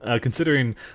considering